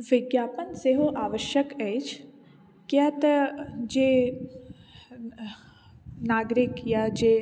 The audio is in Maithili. विज्ञापन सेहो आवश्यक अछि किया तऽ जे नागरिक या जे